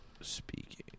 Speaking